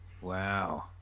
Wow